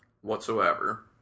whatsoever